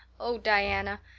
oh, diana,